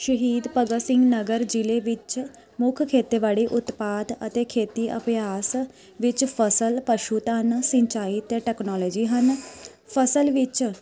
ਸ਼ਹੀਦ ਭਗਤ ਸਿੰਘ ਨਗਰ ਜ਼ਿਲ੍ਹੇ ਵਿੱਚ ਮੁੱਖ ਖੇਤੀਬਾੜੀ ਉਤਪਾਦ ਅਤੇ ਖੇਤੀ ਅਭਿਆਸ ਵਿੱਚ ਫਸਲ ਪਸ਼ੂ ਧਨ ਸਿੰਚਾਈ ਅਤੇ ਟੈਕਨੋਲਜੀ ਹਨ ਫਸਲ ਵਿੱਚ